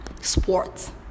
Sports